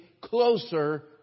closer